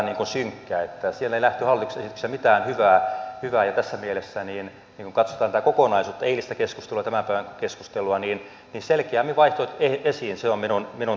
siellä ei nähty hallituksen esityksessä mitään hyvää ja tässä mielessä kun katsotaan tätä kokonaisuutta eilistä keskustelua ja tämän päivän keskustelua niin selkeämmin vaihtoehdot esiin se on minun toiveeni